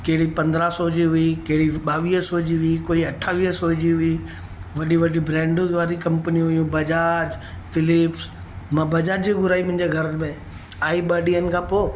कहिड़ी पंद्रहं सौ जी हुई कहिड़ी ॿावीअ सौ जी हुई कोई अठावीह सौ जी हुई वॾी वॾी ब्रैंड वारियूं कंपनियूं बजाज फिलिप्स मां बजाज जी घुराई मुंहिंजे घर में आई ॿ ॾींहनि खां पोइ